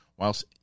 whilst